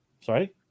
Sorry